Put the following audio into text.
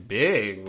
big